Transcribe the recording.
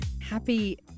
Happy